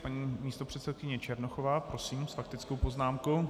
Paní místopředsedkyně Černochová s faktickou poznámkou.